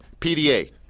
PDA